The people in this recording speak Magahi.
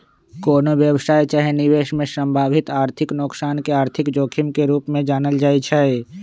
कोनो व्यवसाय चाहे निवेश में संभावित आर्थिक नोकसान के आर्थिक जोखिम के रूप में जानल जाइ छइ